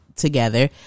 Together